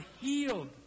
healed